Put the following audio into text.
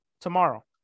tomorrow